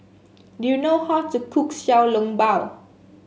do you know how to cook Xiao Long Bao